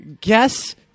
guess